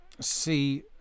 see